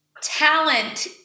Talent